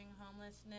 homelessness